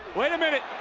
wait a minute.